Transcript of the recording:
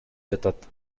жатат